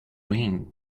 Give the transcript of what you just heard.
ring